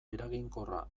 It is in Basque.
eraginkorra